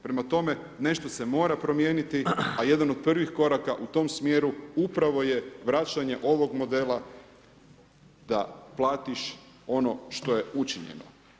Prema tome, nešto se mora promijeniti, a jedan od prvih koraka u tom smjeru upravo je vraćanje ovog modela da platiš ono što je učinjeno.